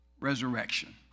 resurrection